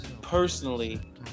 personally